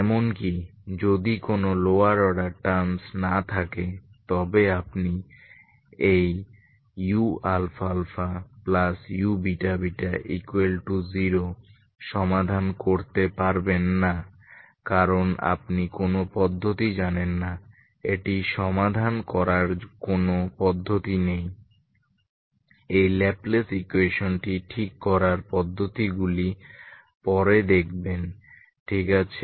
এমনকি যদি কোনো লোয়ার অর্ডার টার্মস না থাকে তবে আপনি এই uααuββ0 সমাধান করতে পারবেন না কারণ আপনি কোনো পদ্ধতি জানেন না এটি সমাধান করার কোনো পদ্ধতি নেই এই ল্যাপ্লেস ইকুয়েশনটি ঠিক করার পদ্ধতিগুলি পরে দেখবেন ঠিক আছে